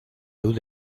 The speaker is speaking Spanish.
luz